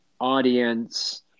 audience